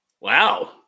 Wow